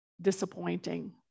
disappointing